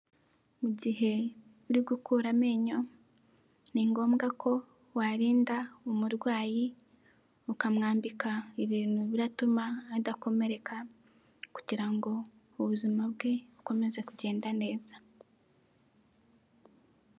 Mu gihe uri gukura amenyo, ni ngombwa ko warinda umurwayi, ukamwambika ibintu biratuma adakomereka, kugirango ubuzima bwe bukomeze kugenda neza.